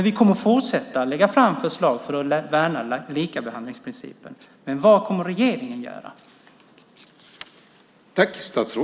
Vi kommer att fortsätta att lägga fram förslag för att värna likabehandlingsprincipen. Vad kommer regeringen att göra?